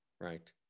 right